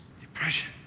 depression